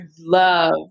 love